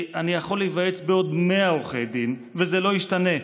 אני יכול להיוועץ בעוד 100 עורכי דין וזה לא ישתנה.